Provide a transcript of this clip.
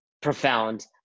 profound